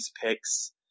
picks